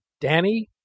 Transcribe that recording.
Danny